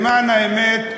למען האמת,